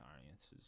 audiences